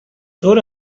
طور